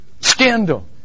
scandal